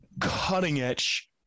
cutting-edge